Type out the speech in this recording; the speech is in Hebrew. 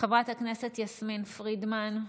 חברת הכנסת יסמין פרידמן,